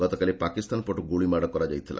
ଗତକାଲି ପାକିସ୍ତାନ ପଟୁ ଗୁଳିମାଡ଼ କରାଯାଇଥିଲା